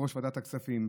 יושב-ראש ועדת הכספים.